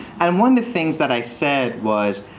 and one the things that i said was,